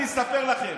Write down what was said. אני אספר לכם,